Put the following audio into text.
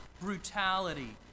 brutality